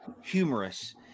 Humorous